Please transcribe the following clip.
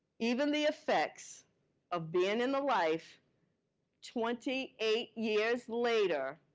even the effects of being in the life twenty eight years later,